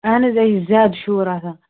اَہن حظ یہِ چھِ زیادٕ شور آسان